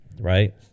right